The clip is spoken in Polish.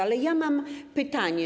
Ale ja mam pytanie.